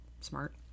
smart